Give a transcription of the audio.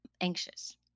anxious